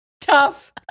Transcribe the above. Tough